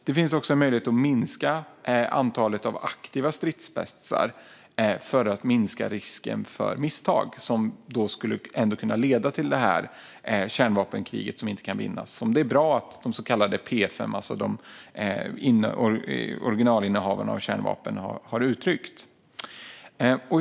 Det finns också en möjlighet att minska antalet aktiva stridsspetsar för att minska risken för misstag som ändå skulle kunna leda till det kärnvapenkrig som inte kan vinnas. Det är bra att de så kallade P5, alltså originalinnehavarna av kärnvapen, har uttryckt det.